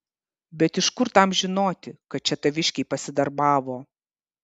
bet iš kur tam žinoti kad čia taviškiai pasidarbavo